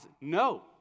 no